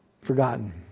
forgotten